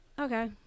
okay